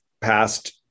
past